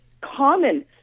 common